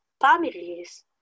families